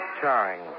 charring